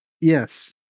Yes